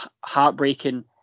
heartbreaking